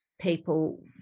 people